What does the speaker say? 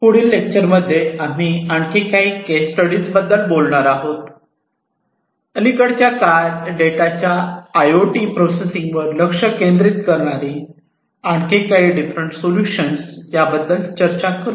पुढील लेक्चर मध्ये आम्ही काही आणखी केस स्टडीजबद्दल बोलणार आहोत अलिकडच्या काळात डेटाच्या आयओटी प्रोसेसिंगवर लक्ष केंद्रित करणारी आणखी काही डिफरंट सोल्युशन याबद्दल चर्चा करू